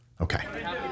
Okay